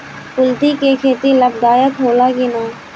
कुलथी के खेती लाभदायक होला कि न?